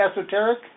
esoteric